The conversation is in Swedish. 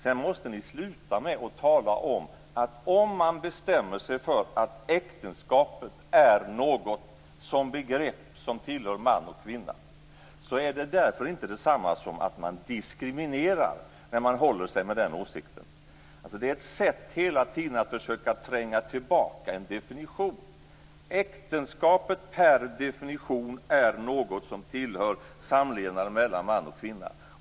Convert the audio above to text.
Sedan måste ni sluta med ert tal. Om man bestämmer sig för att äktenskapet är något som, som begrepp, tillhör man och kvinna, så är det för den skull inte detsamma som att man diskriminerar när man håller sig med den åsikten. Detta är hela tiden ett sätt att försöka tränga tillbaka en definition. Äktenskapet per definition är något som tillhör samlevnaden mellan man och kvinna.